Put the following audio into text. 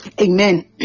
Amen